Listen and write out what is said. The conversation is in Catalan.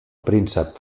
príncep